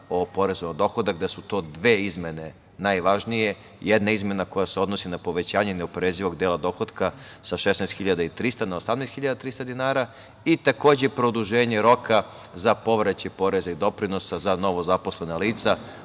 o porezu na dohodak da su to dve izmene najvažnije. Jedna izmena koja se odnosi na povećanje neoporezivog dela dohotka sa 16.300 na 18.300 dinara i takođe produženje roka za povraćaj poreza i doprinosa za novozaposlena lica